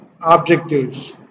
objectives